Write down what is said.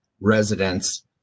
residents